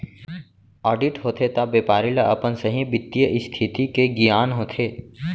audit होथे त बेपारी ल अपन सहीं बित्तीय इस्थिति के गियान होथे